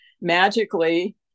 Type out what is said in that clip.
magically